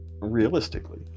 realistically